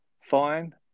fine